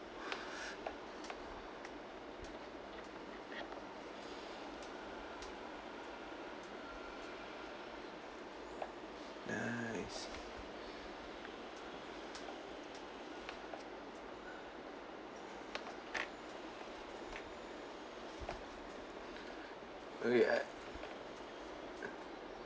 nice okay I